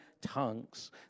tongues